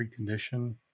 precondition